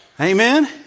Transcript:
Amen